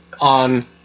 on